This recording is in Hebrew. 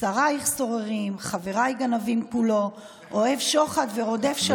"שריך סוררים חברָי גנבים כלו אהב שחד ורדף שלמנים".